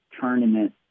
tournament